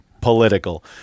political